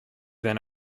than